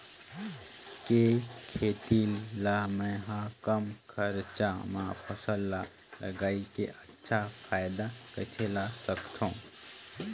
के खेती ला मै ह कम खरचा मा फसल ला लगई के अच्छा फायदा कइसे ला सकथव?